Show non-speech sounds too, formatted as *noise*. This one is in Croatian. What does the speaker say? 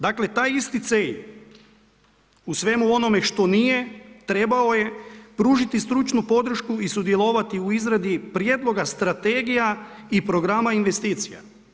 Dakle, taj isti … *unintelligible* u svemu onome što nije, trebao je pružiti stručnu podršku i sudjelovati u izradi prijedloga strategija i programa investicija.